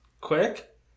quick